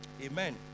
amen